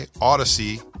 Odyssey